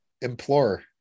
Implore